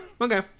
Okay